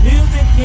Music